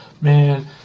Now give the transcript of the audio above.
Man